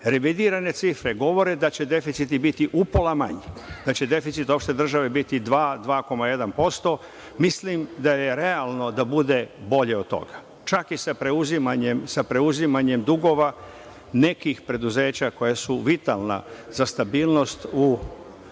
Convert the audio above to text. revidirane cifre govore da će deficit i biti upola manji, da će deficit uopšte države biti 2-2,1%. Mislim da je realno da bude bolje od toga, čak i sa preuzimanjem dugova nekih preduzeća koja su vitalna za stabilnost u